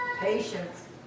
Patience